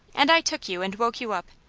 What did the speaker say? and i took you and woke you up.